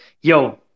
yo